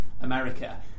America